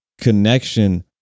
connection